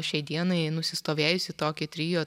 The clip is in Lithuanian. šiai dienai nusistovėjusį tokį trio